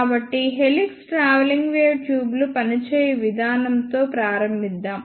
కాబట్టి helix travelling wave tube లు పని చేయు విధానం తో ప్రారంభిద్దాం